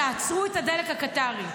תעצרו את הדלק הקטרי.